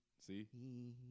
See